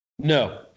No